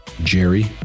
Jerry